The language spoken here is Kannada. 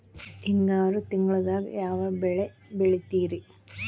ಹಿಂಗಾರು ತಿಂಗಳದಾಗ ಯಾವ ಬೆಳೆ ಬೆಳಿತಿರಿ?